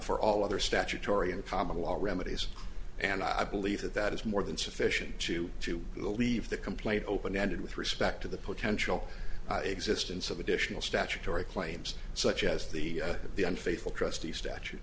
for all other statutory and common law remedies and i believe that that is more than sufficient to to leave the complaint open ended with respect to the potential existence of additional statutory claims such as the the unfaithful trustee statute